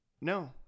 No